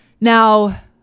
now